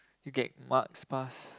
you get marks pass